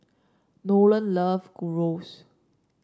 Nolan love Gyros